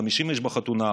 50 איש בחתונה,